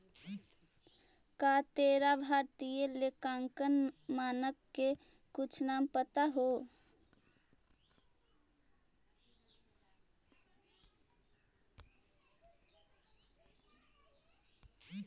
का तोरा भारतीय लेखांकन मानक के कुछ नाम पता हो?